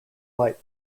light